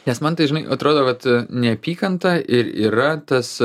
nes man tai žinai atrodo vat neapykanta ir yra tas